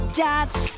dots